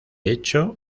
hecho